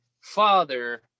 father